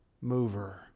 mover